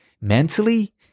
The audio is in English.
mentally